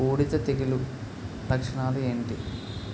బూడిద తెగుల లక్షణాలు ఏంటి?